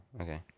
okay